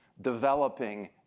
developing